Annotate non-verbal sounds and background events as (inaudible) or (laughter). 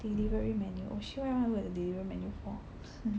delivery menu oh 我需要它们的 delivery menu hor (laughs)